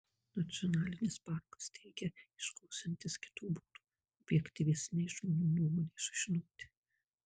nacionalinis parkas teigia ieškosiantis kitų būdų objektyvesnei žmonių nuomonei sužinoti